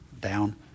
down